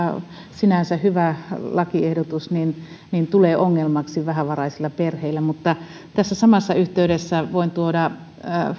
sinänsä hyvä lakiehdotus tulee ongelmaksi vähävaraisilla perheillä mutta tässä samassa yhteydessä voin tuoda